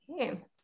Okay